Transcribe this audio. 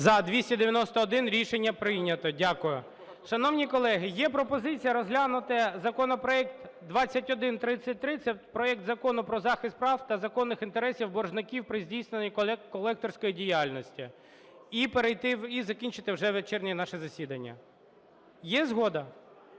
За-291 Рішення прийнято. Дякую. Шановні колеги, є пропозиція розглянути законопроект 2133 – це проект Закону про захист прав та законних інтересів боржників при здійсненні колекторської діяльності, – і перейти, і закінчити вже вечірнє наше засідання. Є згода?